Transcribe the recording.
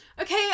okay